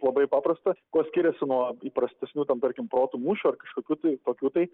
labai paprasta kuo skiriasi nuo įprastesnių ten tarkim protų mūšių ar kažkokių tai tokių tai